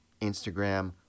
Instagram